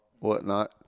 whatnot